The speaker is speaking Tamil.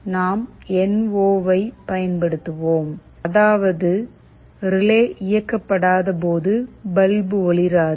நாம் என் ஒவை பயன்படுத்துவோம் அதாவது ரிலே இயக்கப்படாத போது பல்பு ஒளிராது